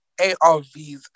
ARVs